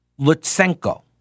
Lutsenko